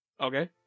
Okay